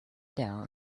down